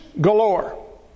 galore